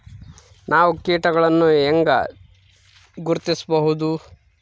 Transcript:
ನಾವು ಕೇಟಗಳನ್ನು ಹೆಂಗ ಗುರ್ತಿಸಬಹುದು?